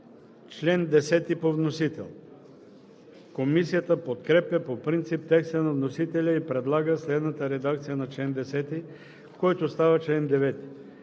ХАСАН АДЕМОВ: Комисията подкрепя по принцип текста на вносителя и предлага следната редакция на чл. 10, който става чл. 9: